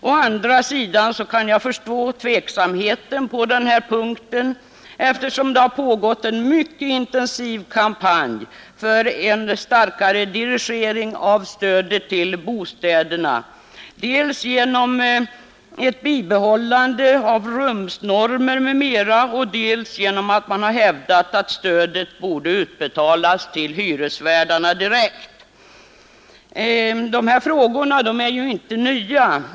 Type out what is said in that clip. Å andra sidan kan jag förstå tveksamheten på den här punkten, eftersom det har pågått en mycket intensiv kampanj för en starkare dirigering av stödet till bostäderna. Dels vill man bibehålla rumsnormer m.m., dels har man hävdat att stödet borde utbetalas till hyresvärdarna direkt. Dessa frågor är ju inte nya.